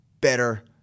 better